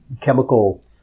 chemical